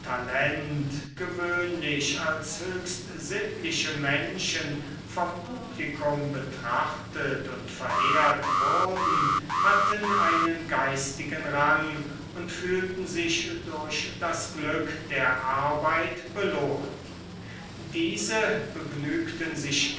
talent gewöhnlich als höchst sittliche menschen vom publikum betrachtet und verehrt wurden hatten einen geistigen rang und fühlten sich durch das glück der arbeit belohnt diese begnügten sich